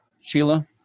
Sheila